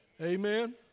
Amen